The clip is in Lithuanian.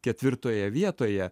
ketvirtoje vietoje